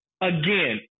again